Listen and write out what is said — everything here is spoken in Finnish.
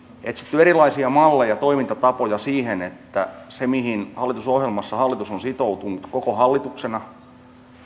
etsitty erilaisia malleja ja toimintatapoja siihen mihin hallitusohjelmassa hallitus on sitoutunut koko hallituksena